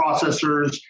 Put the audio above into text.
processors